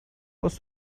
was